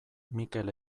mikel